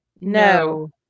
No